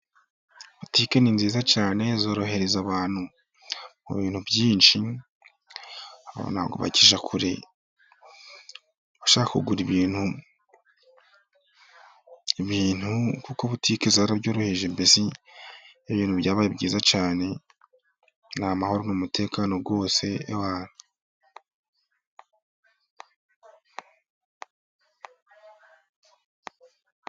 Botike ni nziza cyane, zorohereza abantu mu bintu byinshi, abantu ntabwo bakijya kure, ibintu n'amahoro n'umutekano rwose ewana.